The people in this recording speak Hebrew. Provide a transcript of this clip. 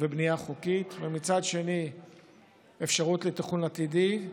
ובנייה חוקית, ומצד שני אפשרות לתכנון עתידי,